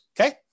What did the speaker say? okay